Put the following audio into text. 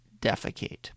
defecate